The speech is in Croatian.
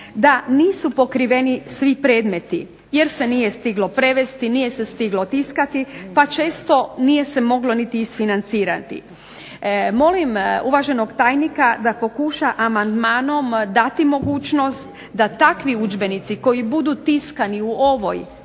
da nisu pokriveni svi predmeti jer se nije stiglo prevesti, nije se stiglo tiskati pa često nije se moglo niti isfinancirati. Molim uvaženog tajnika da pokuša amandmanom dati mogućnost da takvi udžbenici koji budu tiskani u ovoj